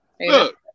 Look